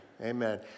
Amen